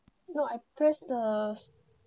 no I press the